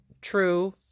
true